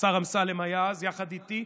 השר אמסלם היה אז יחד איתי,